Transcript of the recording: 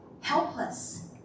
helpless